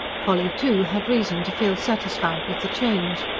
polly, too, had reason to feel satisfied with the change.